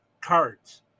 cards